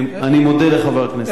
אני מודה לחבר הכנסת.